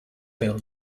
bill